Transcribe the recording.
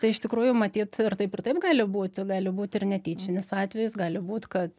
tai iš tikrųjų matyt ir taip ir taip gali būt gali būt ir netyčinis atvejis gali būt kad